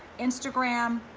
instagram,